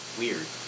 weird